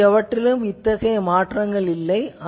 வேறு எவற்றிலும் மாற்றங்கள் இல்லை